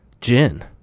gin